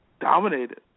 dominated